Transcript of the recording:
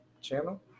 channel